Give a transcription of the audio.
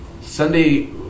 Sunday